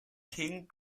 king